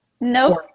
Nope